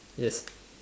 yes